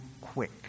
quick